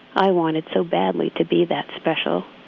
i wanted so badly to be that special,